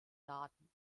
daten